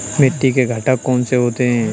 मिट्टी के घटक कौन से होते हैं?